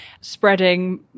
spreading